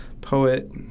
poet